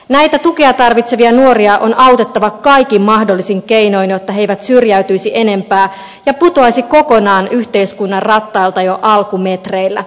näitä tukea tarvitsevia nuoria on autettava kaikin mahdollisin keinoin jotta he eivät syrjäytyisi enempää ja putoaisi kokonaan yhteiskunnan rattailta jo alkumetreillä